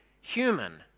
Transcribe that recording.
human